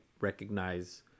recognize